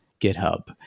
GitHub